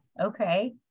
okay